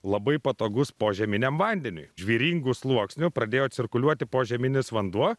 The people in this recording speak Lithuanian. labai patogus požeminiam vandeniui žvyringu sluoksniu pradėjo cirkuliuoti požeminis vanduo